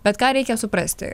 bet ką reikia suprasti